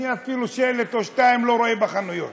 אני אפילו שלט או שניים לא רואה בחנויות.